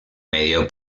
medio